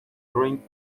during